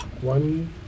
one